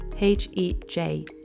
H-E-J